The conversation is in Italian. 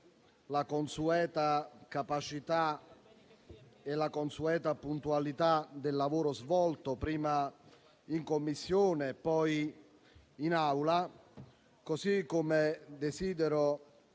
le consuete capacità e puntualità nel lavoro svolto prima in Commissione, poi in Aula, così come desidero